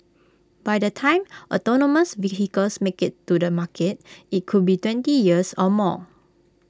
by the time autonomous vehicles make IT to the market IT could be twenty years or more